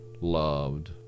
loved